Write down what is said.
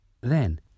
Then